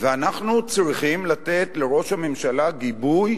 ואנחנו צריכים לתת לראש הממשלה גיבוי